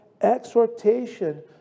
exhortation